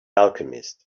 alchemist